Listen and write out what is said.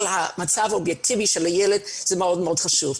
על המצב האובייקטיבי של הילד מה שמאוד חשוב.